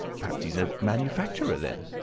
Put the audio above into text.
perhaps he's a manufacturer, then.